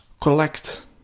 collect